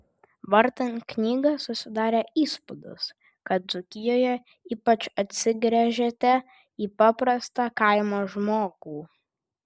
vartant knygą susidarė įspūdis kad dzūkijoje ypač atsigręžėte į paprastą kaimo žmogų